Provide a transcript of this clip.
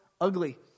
ugly